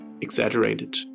exaggerated